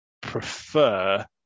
prefer